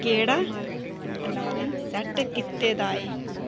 केह्ड़ा alarm set कीते दे ऐ